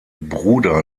bruder